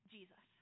Jesus